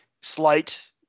slight